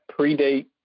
predate